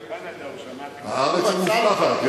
קנדה, הוא שמע, הארץ המובטחת.